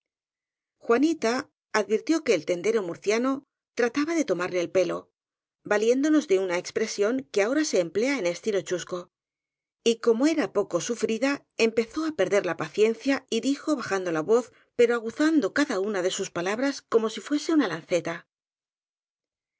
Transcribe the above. juanita advirtió que el tendero murciano trataba de tomarle el pelo valiéndonos de una expresión que ahora se emplea en estilo chusco y como era poco sufrida empezó á perder la paciencia y dijo bajando la voz pero aguzando cada una de sus palabras como si fuese una lanceta